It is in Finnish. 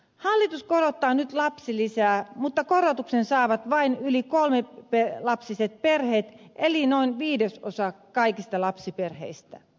hallitus korottaa nyt lapsilisää mutta korotuksen saavat vain yli kolmilapsiset perheet eli noin viidesosa kaikista lapsiperheistä